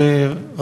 תודה לך,